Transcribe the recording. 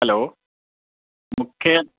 हलो मूंखे